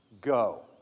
Go